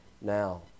now